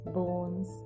bones